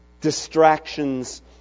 distractions